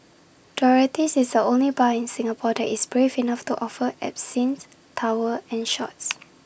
Dorothy's is the only bar in Singapore that is brave enough to offer absinthe towers and shots